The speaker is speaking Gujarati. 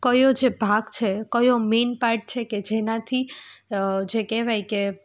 ક્યો જે ભાગ છે ક્યો મેઈન પાર્ટ છે કે જેનાથી જે કહેવાય કે